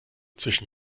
zwischen